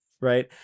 Right